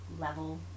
level